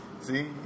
See